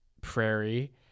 Prairie